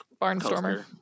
Barnstormer